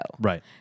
Right